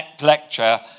lecture